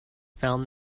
found